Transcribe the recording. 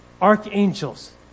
archangels